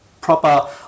proper